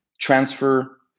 transfer